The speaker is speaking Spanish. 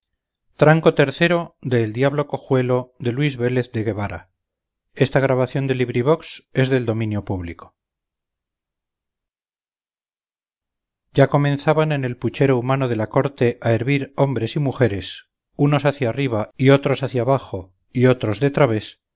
ya comenzaban en el puchero humano de la corte a hervir hombres y mujeres unos hacia arriba y otros hacia abajo y otros de través